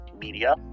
media